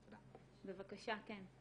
בבקשה, כן.